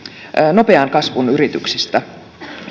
nopean kasvun yrityksistä